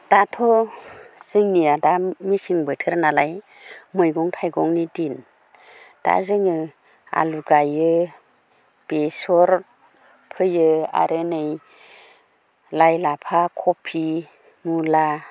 दाथ' जोंनिया दा मेसें बोथोरनालाय मैगं थाइगंनि दिन दा जोङो आलु गायो बेसर फोयो आरो नै लाइ लाफा खफि मुला